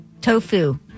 Tofu